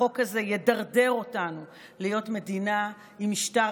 החוק הזה ידרדר אותנו להיות מדינה עם משטר